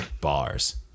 Bars